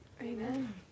Amen